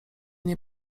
nie